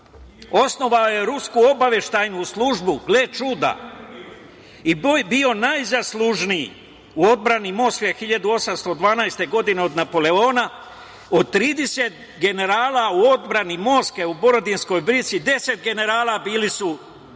osnovao je Rusku obaveštajnu službu, gle čuda, i bio najzaslužniji u odbrani Moskve 1812. godine od Napoleona. Od 30 generala u odbrani Moskve u Borodinskoj bici 10 generala bili su